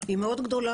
היא מאוד גדולה,